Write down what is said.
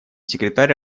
секретарь